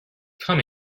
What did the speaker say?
come